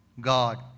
God